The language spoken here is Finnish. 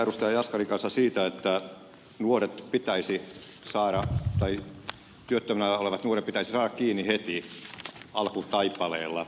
jaskarin kanssa siitä että työttömänä olevat nuoret pitäisi saada tai tietona olevat purkit ei saa kiinni heti alkutaipaleella